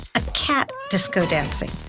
a cat disco dancing.